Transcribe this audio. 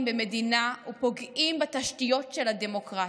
במדינה ופוגעים בתשתיות של הדמוקרטיה.